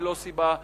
ללא סיבה משכנעת.